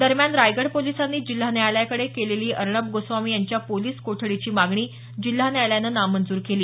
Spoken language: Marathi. दरम्यान रायगड पोलिसांनी जिल्हा न्यायालयाकडे केलेली अर्णब गोस्वामी यांच्या पोलिस कोठडीची मागणी जिल्हा न्यायालयानं नामंजूर केली